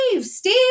Steve